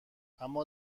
اما